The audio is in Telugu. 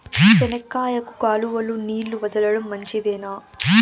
చెనక్కాయకు కాలువలో నీళ్లు వదలడం మంచిదేనా?